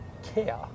care